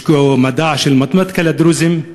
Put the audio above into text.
השקיעו במדע של מתמטיקה לדרוזים.